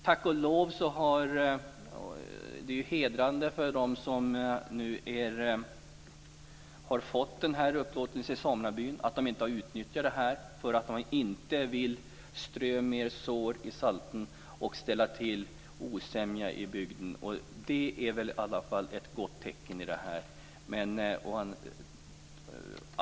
Tack och lov har ju, och det är ju hedrande för dem, de som har fått den här upplåtelsen i samebyn inte utnyttjat den för att inte strö mer salt i såren och ställa till osämja i bygden. Det är väl i alla fall ett gott tecken i det här.